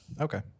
Okay